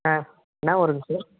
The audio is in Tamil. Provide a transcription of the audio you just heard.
ஆ என்ன ஊருங்க சார்